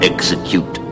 Execute